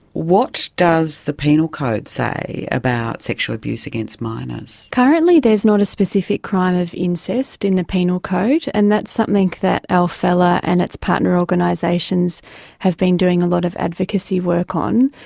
what does the penal code say about sexual abuse against minors? currently there is not a specific crime of incest in the penal code, and that's something that alfela and its partner organisations have been doing a lot of advocacy work on.